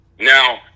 Now